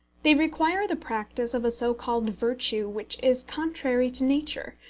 they require the practice of a so-called virtue which is contrary to nature,